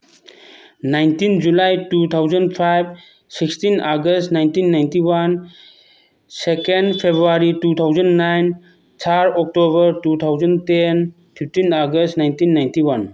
nineteen July two thousand five sixteen August nineteen ninety one second February two thousand nine third October two thousand ten fifteen August nineteen ninety one